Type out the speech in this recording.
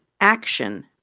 action